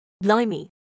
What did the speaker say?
Blimey